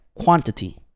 quantity